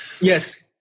Yes